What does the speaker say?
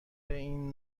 این